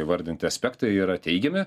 įvardinti aspektai yra teigiami